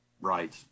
right